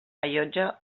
allotja